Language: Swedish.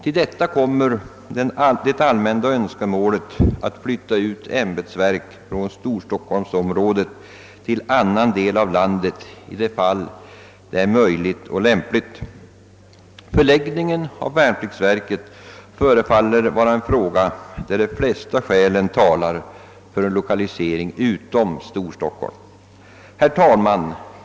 Härtill kommer det allmänna önskemålet att flytta ut ämbetsverk från storstockholmsområdet till annan del av landet i de fall då detta är lämpligt och möjligt. Förläggningen av värnpliktsverket förefaller vara en fråga där de flesta skälen talar för en lokalisering utom Storstockholm. Herr talman!